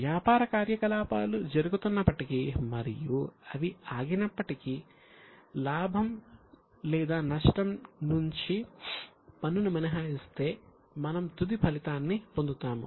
వ్యాపార కార్యకలాపాలు జరుగుతున్నప్పటి మరియు అవి ఆగినప్పటి లాభం లేదా నష్టం నుంచి పన్నును మినహాయిస్తే మనం తుది ఫలితాన్ని పొందుతాము